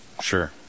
Sure